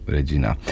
Regina